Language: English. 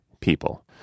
people